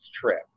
trip